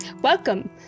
Welcome